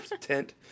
tent